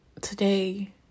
today